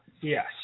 Yes